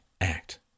act